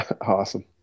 Awesome